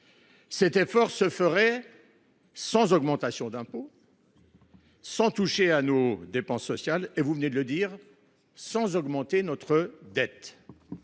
Cet effort se ferait sans augmentation d’impôts, sans toucher à nos dépenses sociales et – vous venez de le dire – sans augmenter notre dette.